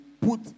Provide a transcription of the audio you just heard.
put